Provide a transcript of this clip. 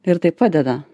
ir tai padeda